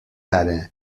ara